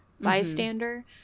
bystander